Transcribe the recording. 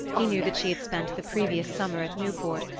he knew that she had spent the previous summer at newport,